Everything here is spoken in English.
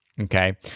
okay